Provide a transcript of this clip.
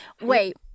Wait